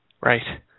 Right